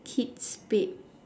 Kate Spade